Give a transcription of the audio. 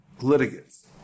litigants